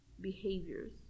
behaviors